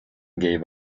gave